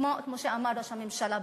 כמו שאמר ראש הממשלה,